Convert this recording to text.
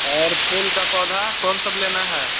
और फूल के पौधे कौन सब लेना है